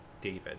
David